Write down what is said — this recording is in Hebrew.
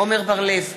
עמר בר-לב,